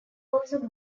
also